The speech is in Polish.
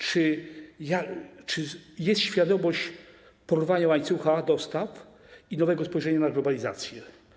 Czy jest świadomość porwania łańcucha dostaw i nowego spojrzenia na globalizację?